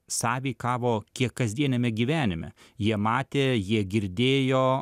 sąveikavo kiek kasdieniame gyvenime jie matė jie girdėjo